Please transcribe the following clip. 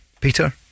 Peter